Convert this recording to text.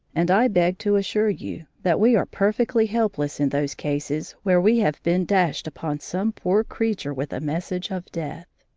and i beg to assure you that we are perfectly helpless in those cases where we have been dashed upon some poor creature with a message of death.